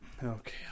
Okay